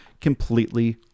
completely